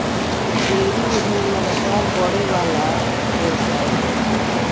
dairy उद्योग लगातार बड़ेवाला व्यवसाय ह